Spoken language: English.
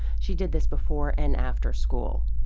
she did this before and after school.